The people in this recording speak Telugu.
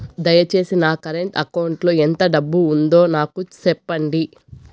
దయచేసి నా కరెంట్ అకౌంట్ లో ఎంత డబ్బు ఉందో నాకు సెప్పండి